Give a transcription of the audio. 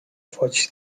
wchodzić